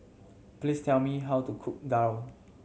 please tell me how to cook daal